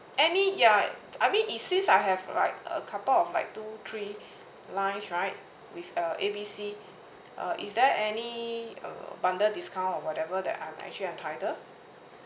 any ya I mean is since I have like a couple of like two three line right with uh A B C uh is there any uh bundle discount or whatever that I'm actually entitled